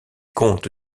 compte